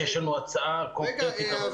יש לנו הצעה קונקרטית.